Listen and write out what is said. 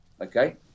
Okay